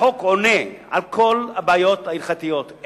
החוק עונה על כל הבעיות ההלכתיות.